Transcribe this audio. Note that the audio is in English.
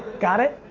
got it?